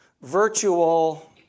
virtual